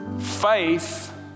Faith